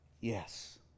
Yes